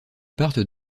partent